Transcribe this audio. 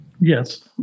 yes